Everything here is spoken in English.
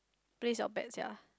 place your bet sia